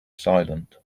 silent